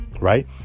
right